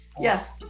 Yes